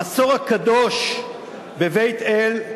המסור הקדוש בבית-אל,